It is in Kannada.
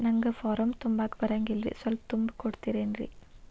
ನಂಗ ಫಾರಂ ತುಂಬಾಕ ಬರಂಗಿಲ್ರಿ ಸ್ವಲ್ಪ ತುಂಬಿ ಕೊಡ್ತಿರೇನ್ರಿ?